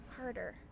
harder